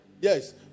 Yes